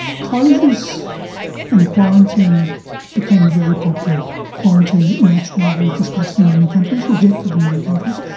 closures and quarantine became very popular, quarantine at national level was discussed in many countries, rejected in many countries.